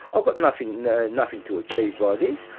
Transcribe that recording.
i've got nothing nothing to achieve by this,